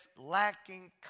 lacking